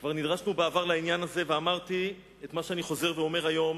כבר נדרשנו בעבר לעניין הזה ואמרתי את מה שאני אומר היום: